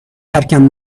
ترکم